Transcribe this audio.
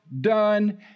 done